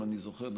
אם אני זוכר נכון.